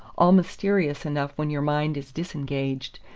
all mysterious enough when your mind is disengaged,